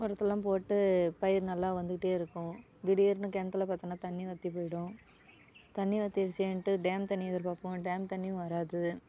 உரத்தெல்லாம் போட்டு பயிர் நல்லா வந்துக்கிட்டே இருக்கும் திடீர்னு கிணத்துல பார்த்தனா தண்ணி வற்றி போய்டும் தண்ணி வற்றிச்சிடுன்ட்டு டேம் தண்ணியை எதிர்பார்ப்போம் டேம் தண்ணியும் வராது